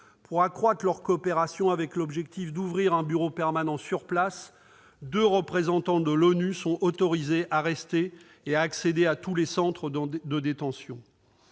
pour renforcer leur coopération, avec l'objectif d'ouvrir un bureau permanent sur place. Deux représentants de l'ONU sont autorisés à rester et à accéder à tous les centres de détention.